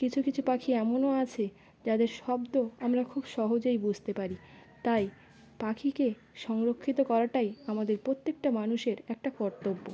কিছু কিছু পাখি এমনও আছে যাদের শব্দ আমরা খুব সহজেই বুঝতে পারি তাই পাখিকে সংরক্ষিত করাটাই আমাদের প্রত্যেকটা মানুষের একটা কর্তব্য